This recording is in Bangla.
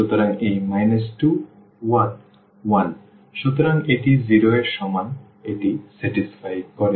সুতরাং এই 2 1 1 সুতরাং এটি 0 এর সমান এটি সন্তুষ্ট করে